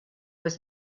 was